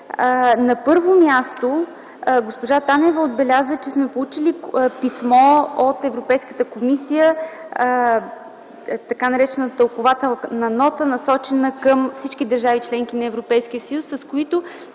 На първо място, госпожа Танева отбеляза, че сме получили писмо от Европейската комисия, така наречената тълкувателна нота, насочена към всички държави – членки на Европейския съюз,